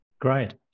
Great